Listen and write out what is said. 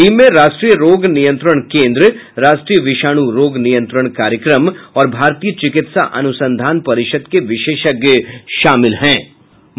team में राष्ट्रीय रोग नियंत्रण केन्द्र राष्ट्रीय विषाणु रोग नियंत्रण कार्यक्रम और भारतीय चिकित्सा अनुसंधान परिषद के विशेषज्ञ शामिल थे